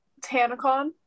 TanaCon